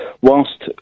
whilst